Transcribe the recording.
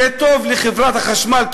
זה טוב לחברת החשמל,